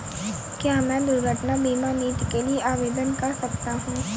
क्या मैं दुर्घटना बीमा नीति के लिए आवेदन कर सकता हूँ?